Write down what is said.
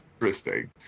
interesting